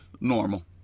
normal